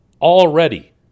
already